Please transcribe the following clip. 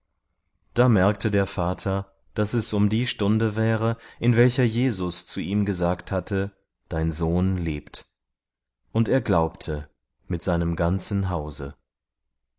da merkte der vater daß es um die stunde wäre in welcher jesus zu ihm gesagt hatte dein sohn lebt und er glaubte mit seinem ganzen hause